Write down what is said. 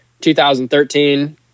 2013